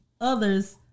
others